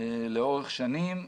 לאורך שנים,